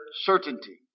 certainty